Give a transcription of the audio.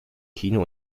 kino